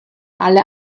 alle